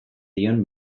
dion